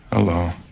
hello.